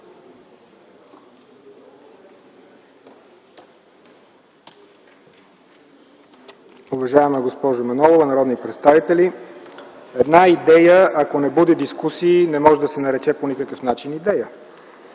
Уважаема госпожо Манолова, народни представители! Една идея, ако не буди дискусии, не може да се нарече по никакъв начин „идея”!